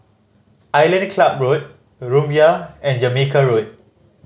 Island Club Road Rumbia and Jamaica Road